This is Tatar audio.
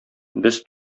без